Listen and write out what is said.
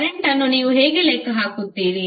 ಕರೆಂಟ್ಅನ್ನು ನೀವು ಹೇಗೆ ಲೆಕ್ಕ ಹಾಕುತ್ತೀರಿ